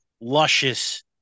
luscious